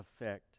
effect